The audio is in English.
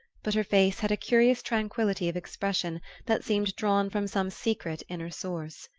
but her face had a curious tranquillity of expression that seemed drawn from some secret inner source.